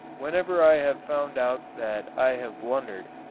whenever i have found out that i have blundered,